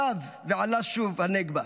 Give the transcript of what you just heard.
שב ועלה שוב הנגבה.